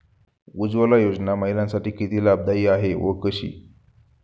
उज्ज्वला योजना महिलांसाठी किती लाभदायी आहे व कशी?